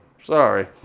Sorry